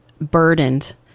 burdened